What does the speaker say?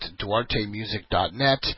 duartemusic.net